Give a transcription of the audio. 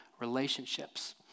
relationships